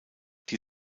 die